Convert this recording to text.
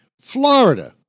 Florida